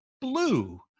blue